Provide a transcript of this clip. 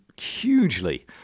hugely